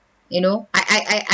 you know I I I I